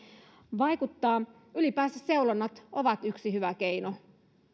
vaikuttaa ylipäänsä seulonnat ovat yksi hyvä keino